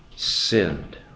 sinned